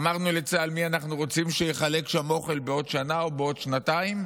אמרנו לצה"ל מי אנחנו רוצים שיחלק שמה אוכל בעוד שנה או בעוד שנתיים?